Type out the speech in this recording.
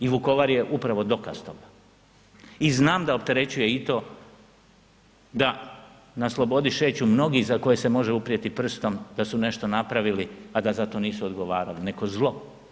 I Vukovar je upravo dokaz toga i znam da opterećuje i to da na slobodu šeću mnogi za koje se može uprijeti prstom da su nešto napravili, a da za to nisu odgovarali, neko zlo.